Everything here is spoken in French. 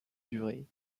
durée